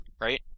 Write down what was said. Right